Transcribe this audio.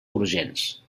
urgents